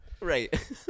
Right